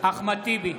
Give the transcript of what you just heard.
בעד אחמד טיבי,